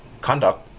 conduct